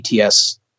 ATS